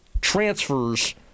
transfers